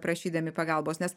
prašydami pagalbos nes